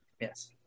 Yes